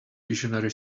visionary